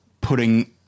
putting